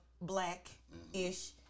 black-ish